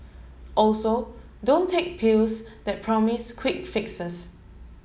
also don't take pills that promise quick fixes